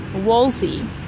Wolsey